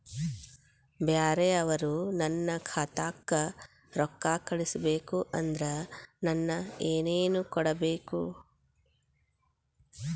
ಬ್ಯಾರೆ ಅವರು ನನ್ನ ಖಾತಾಕ್ಕ ರೊಕ್ಕಾ ಕಳಿಸಬೇಕು ಅಂದ್ರ ನನ್ನ ಏನೇನು ಕೊಡಬೇಕು?